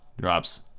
drops